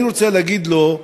אני רוצה להגיד לו,